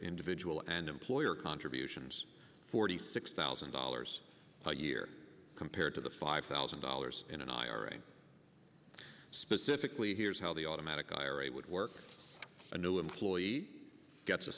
individual and employer contributions forty six thousand dollars a year compared to the five thousand dollars in an ira specifically here's how the automatic ira would work a new employee gets a